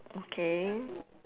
okay